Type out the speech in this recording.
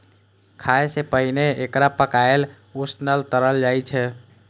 खाय सं पहिने एकरा पकाएल, उसनल, तरल जाइ छै